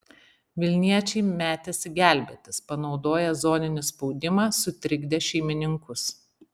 vilniečiai metėsi gelbėtis panaudoję zoninį spaudimą sutrikdė šeimininkus